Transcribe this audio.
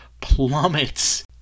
plummets